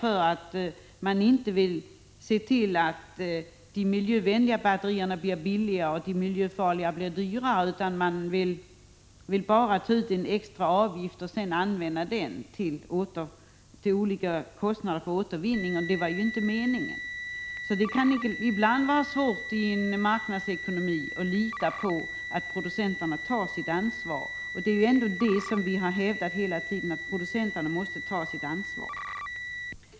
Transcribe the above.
Man vill inte medverka till att de miljövänliga batterierna blir billigare och de miljöfarliga dyrare, utan man vill bara ta ut en extra avgift för kostnader för återvinning. Det var ju inte riktigt meningen. Ibland kan det alltså vara svårt att i en marknadsekonomi lita på att producenterna tar sitt ansvar — och det vi hela tiden har hävdat är just att producenten måste ta sitt ansvar.